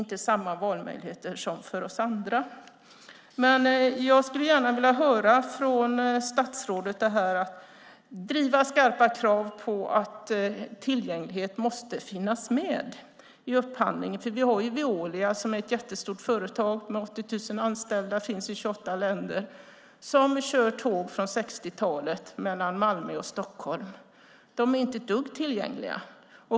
De har inte samma valmöjligheter som vi andra. Jag skulle vilja höra om statsrådet är beredd att driva skarpa krav på att tillgänglighet måste finnas med i upphandlingen. Veolia, som är ett jättestort företag med 80 000 anställda i 28 länder, kör tåg från 60-talet mellan Malmö och Stockholm. De tågen är inte ett dugg tillgängliga.